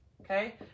okay